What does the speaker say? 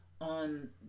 on